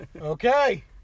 Okay